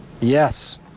yes